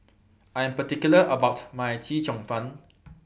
I Am particular about My Chee Cheong Fun